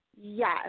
Yes